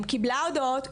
קיבלה הודעות,